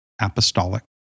apostolic